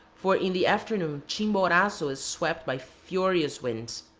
for in the afternoon chimborazo is swept by furious winds.